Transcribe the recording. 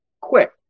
quick